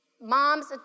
Moms